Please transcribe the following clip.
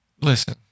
Listen